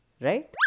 right